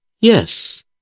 Yes